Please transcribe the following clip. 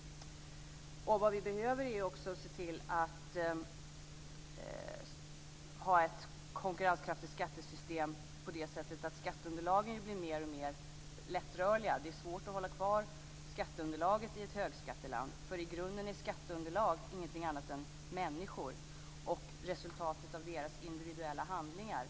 Vad vi också behöver är ett konkurrenskraftigt skattesystem som tar hänsyn till att skatteunderlagen blir mer och mer lättrörliga. Det är svårt att hålla kvar skatteunderlaget i ett högskatteland. I grunden är skatteunderlag ingenting annat än människor och resultaten av deras individuella handlingar.